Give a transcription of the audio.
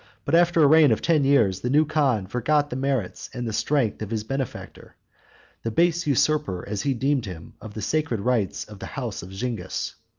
but, after a reign of ten years, the new khan forgot the merits and the strength of his benefactor the base usurper, as he deemed him, of the sacred rights of the house of zingis.